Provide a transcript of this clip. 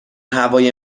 هوای